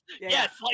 Yes